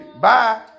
Bye